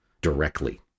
directly